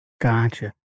Gotcha